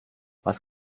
was